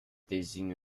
désigne